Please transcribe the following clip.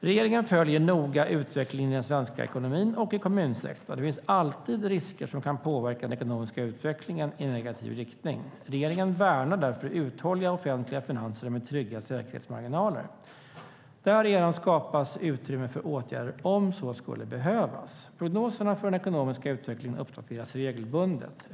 Regeringen följer noga utvecklingen i den svenska ekonomin och i kommunsektorn. Det finns alltid risker som kan påverka den ekonomiska utvecklingen i negativ riktning. Regeringen värnar därför uthålliga offentliga finanser med trygga säkerhetsmarginaler. Därigenom skapas utrymme för åtgärder om så skulle behövas. Prognoserna för den ekonomiska utvecklingen uppdateras regelbundet.